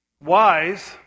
wise